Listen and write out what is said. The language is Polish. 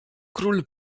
król